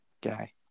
guy